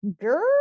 girl